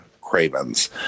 Cravens